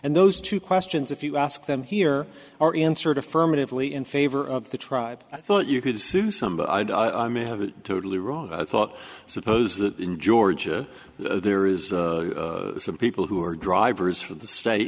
and those two questions if you ask them here are answered affirmatively in favor of the tribe i thought you could sue somebody i may have a totally wrong thought suppose that in georgia there is some people who are drivers for the state